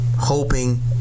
hoping